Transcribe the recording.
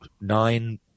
nine